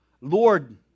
Lord